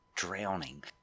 Drowning